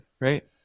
right